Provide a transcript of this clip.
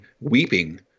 weeping